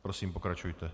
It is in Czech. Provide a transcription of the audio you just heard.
Prosím, pokračujte.